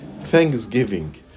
thanksgiving